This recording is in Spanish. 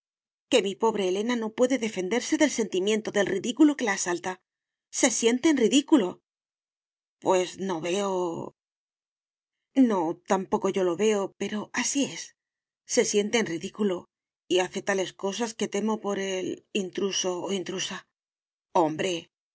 que mi pobre elena no puede defenderse del sentimiento del ridículo que la asalta se siente en ridículo pues no veo no tampoco yo lo veo pero así es se siente en ridículo y hace tales cosas que temo por el intruso o intrusa hombre